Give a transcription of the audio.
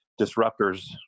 disruptors